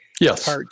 Yes